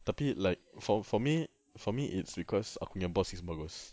tapi like for for me for me it's because aku punya boss is bagus